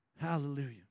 Hallelujah